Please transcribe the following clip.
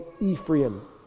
Ephraim